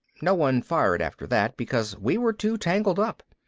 no one fired after that because we were too tangled up.